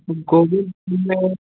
गोविंदपुर में